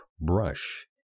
brush